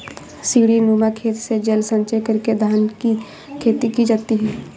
सीढ़ीनुमा खेत में जल संचय करके धान की खेती की जाती है